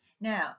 now